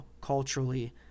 culturally